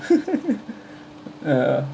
ya